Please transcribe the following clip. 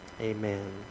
Amen